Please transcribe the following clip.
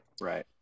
Right